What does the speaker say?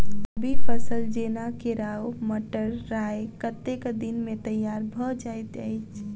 रबी फसल जेना केराव, मटर, राय कतेक दिन मे तैयार भँ जाइत अछि?